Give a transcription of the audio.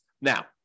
Now